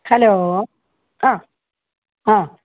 hello ആ ആ